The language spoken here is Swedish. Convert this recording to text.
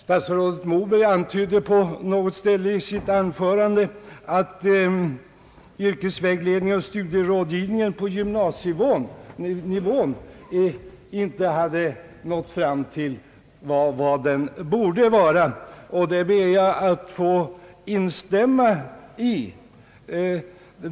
Statsrådet Moberg antydde i sitt anförande att yrkesvägledningen och studierådgivningen på gymnasienivå inte ännu är vad den borde vara, och det ber jag att få instämma i.